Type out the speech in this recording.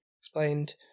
explained